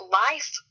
life